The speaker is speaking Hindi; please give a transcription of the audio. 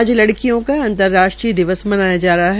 आज लड़कियों का अंतर्राष्ट्रीय दिवस मनाया जा रहा है